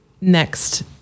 next